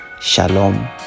Shalom